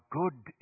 good